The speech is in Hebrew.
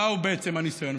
מהו בעצם הניסיון?